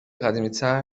قدیمیتر